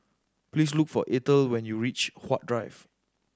please look for Eathel when you reach Huat Drive